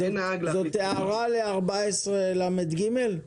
זאת הערה לסעיף 14לג?